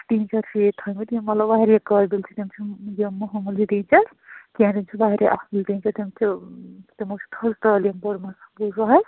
teacher چھِ ییٚتہِ تھٲیمٕتۍ یِم مطلب واریاہ قٲبِل چھِ تِم چھِ یِم مۄہموٗلی ٹیٖچر کیٚنٛہہ تِم چھِ واریاہ اَصٕل ٹیٖچَر تِم چھِ تِمو چھِ تھٔز تٲلیٖم پٔرمٕژ بوٗزوٕحظ